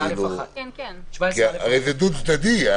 הרי זה דו-צדדי,